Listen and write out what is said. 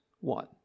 one